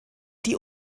die